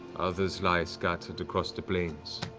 others lie scattered across the planes.